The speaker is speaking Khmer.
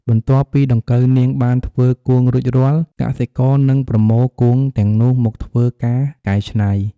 បន្ទាប់ពីដង្កូវនាងបានធ្វើគួងរួចរាល់ កសិករនឹងប្រមូលគួងទាំងនោះមកធ្វើការកែច្នៃ។